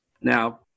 now